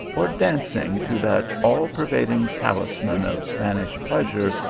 or dancing to that all-pervading talisman of spanish pleasure,